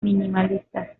minimalista